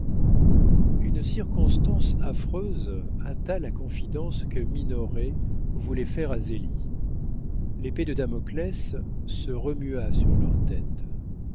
une circonstance affreuse hâta la confidence que minoret voulait faire à zélie l'épée de damoclès se remua sur leurs têtes